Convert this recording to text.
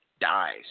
dies